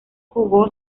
jugó